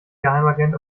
geheimagent